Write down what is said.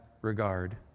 regard